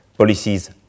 policies